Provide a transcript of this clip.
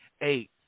eight